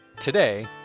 Today